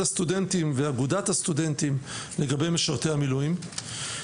הסטודנטים ואגודת הסטודנטים לגבי משרתי המילואים.